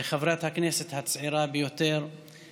חברת הכנסת הצעירה ביותר,